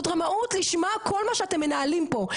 זאת רמאות לשמה כל מה שאתם מנהלים פה,